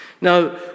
Now